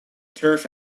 turf